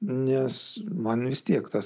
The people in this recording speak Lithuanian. nes man vis tiek tas